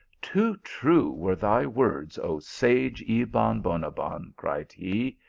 too true were thy words, oh sage ebon bonabbon! cried he.